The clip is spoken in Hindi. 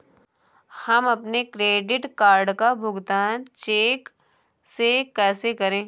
हम अपने क्रेडिट कार्ड का भुगतान चेक से कैसे करें?